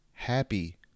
Happy